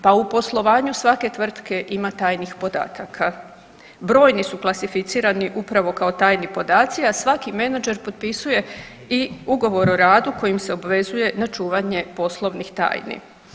Pa u poslovanju svake tvrtke ima tajnih podataka, brojni su klasificirani upravo kao tajni podaci, a svaki menadžer potpisuje i ugovor o radu kojim se obvezuje na čuvanje poslovnih tajni.